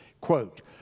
Quote